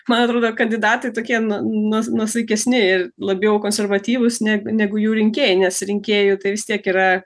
man atrodo kandidatai tokie nuos nuosaikesni ir labiau konservatyvūs neg negu jų rinkėjai nes rinkėjų tai vis tiek yra